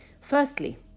Firstly